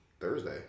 Thursday